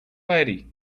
lady